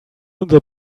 unser